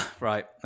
Right